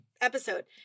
episode